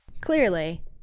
Clearly